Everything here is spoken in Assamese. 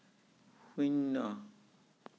শূন্য